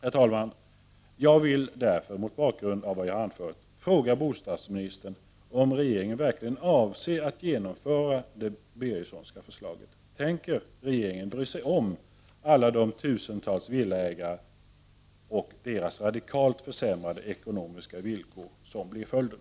Herr talman, jag vill därför mot bakgrund av vad jag har anfört fråga bostadsministern om regeringen avser att genomföra Birgerssons förslag? Tänker regeringen bry sig om alla de tusentals villaägarna och deras radikalt försämrade ekonomiska villkor, som blir följden?